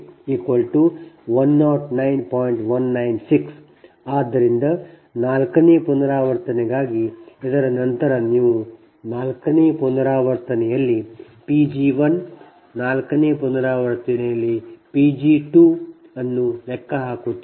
ಆದ್ದರಿಂದ ನಾಲ್ಕನೇ ಪುನರಾವರ್ತನೆಗಾಗಿ ಇದರ ನಂತರ ನೀವು ನಾಲ್ಕನೇ ಪುನರಾವರ್ತನೆಯಲ್ಲಿ P g1 ನಾಲ್ಕನೇ ಪುನರಾವರ್ತನೆಯಲ್ಲಿ P g2 ಅನ್ನು ಲೆಕ್ಕ ಹಾಕುತ್ತೀರಿ